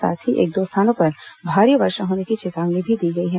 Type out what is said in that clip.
साथ ही एक दो स्थानों पर भारी वर्षा होने की चेतावनी भी दी गई है